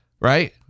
right